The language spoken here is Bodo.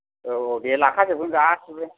औ औ दे लाखाजोबगोन गासैबो